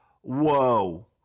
Whoa